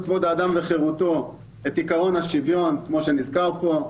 כבוד האדם וחירותו את עקרון השוויון כמו שנזכר פה,